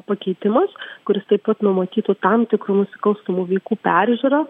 pakeitimas kuris taip pat numatytų tam tikrų nusikalstamų veikų peržiūrą